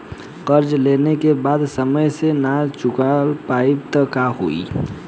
कर्जा लेला के बाद समय से ना चुका पाएम त का होई?